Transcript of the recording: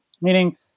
meaning